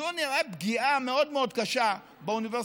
זו נראית פגיעה מאוד מאוד קשה באוניברסיטאות,